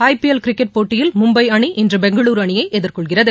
ஐ P L cricket போட்டியில் மும்பை அணி இன்று பெங்களுரு அணியை எதிர்கொள்கிறது